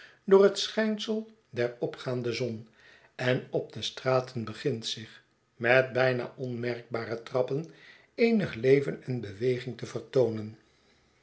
door het schijnsel der opgaande zon en op de straten begint zich met bijna onmerkbare trappen eenig leven en beweging te vertoonen